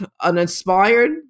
uninspired